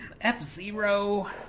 F-Zero